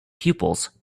pupils